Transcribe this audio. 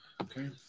Okay